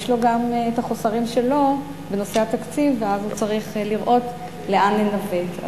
יש לו גם החוסרים שלו בנושא התקציב וצריך לראות לאן לנווט.